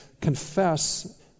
confess